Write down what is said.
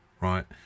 right